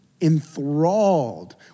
enthralled